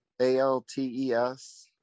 A-L-T-E-S